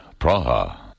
Praha